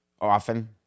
often